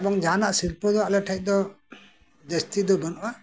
ᱮᱵᱚᱝ ᱡᱟᱸᱦᱟᱱᱟᱜ ᱥᱤᱨᱯᱟᱹ ᱫᱚ ᱟᱞᱮ ᱴᱷᱮᱡ ᱫᱚ ᱡᱟᱹᱥᱛᱤ ᱫᱚ ᱵᱟᱹᱱᱩᱜᱼᱟ